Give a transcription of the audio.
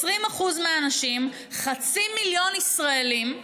20% אחוז מהאנשים, חצי מיליון ישראלים,